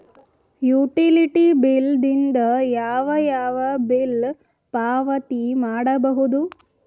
Utility bill ದಿಂದ ಯಾವ ಯಾವ ಬಿಲ್ ಪಾವತಿ ಮಾಡಬಹುದು?